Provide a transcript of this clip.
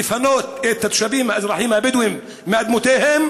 לפנות את התושבים האזרחים הבדואים מאדמותיהם